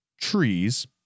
trees